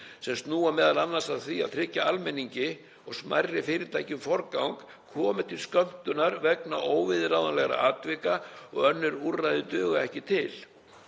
sem snúa m.a. að því að tryggja almenningi og smærri fyrirtækjum forgang komi til skömmtunar vegna óviðráðanlegra atvika og önnur úrræði duga ekki til.